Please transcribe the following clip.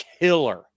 killer